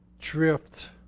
drift